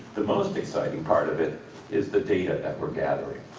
the most exciting part of it is the data that we're gathering.